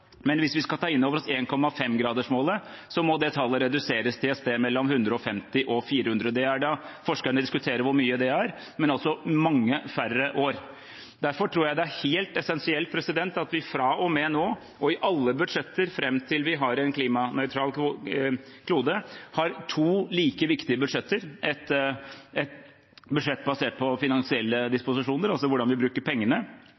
Men hvis vi skal ta inn over oss 1,5-gradersmålet, må tallet reduseres til et sted mellom 150 og 400. Forskerne diskuterer hvor mye det er, men det er altså mange færre år. Derfor tror jeg det er helt essensielt at vi fra og med nå og i alle budsjetter fram til vi har en klimanøytral klode, har to like viktige budsjetter: ett budsjett basert på finansielle disposisjoner, altså hvordan vi bruker pengene,